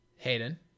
Hayden